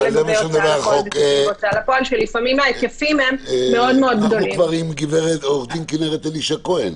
לא לגבי --- אנחנו כבר עם הגב' אלישע כהן.